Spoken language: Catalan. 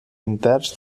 interns